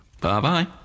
Bye-bye